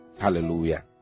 Hallelujah